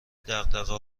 دغدغه